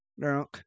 Drunk